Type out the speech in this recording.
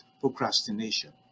procrastination